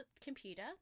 computer